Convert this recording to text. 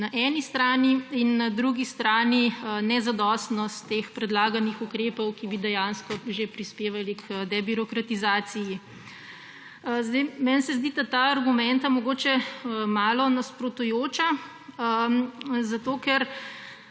na eni strani in na drugi nezadostnost teh predlaganih ukrepov, ki bi dejansko že prispevali k debirokratizaciji. Meni se zdita ta argumenta mogoče malo nasprotujoča, zato ker